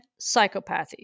psychopathy